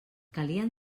calien